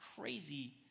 crazy